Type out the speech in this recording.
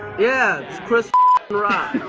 yeah, it's chris rock.